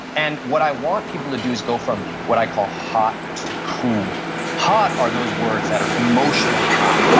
and what i want people to do is go from what i call hot to cool. hot are those words that are emotionally hot.